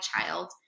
child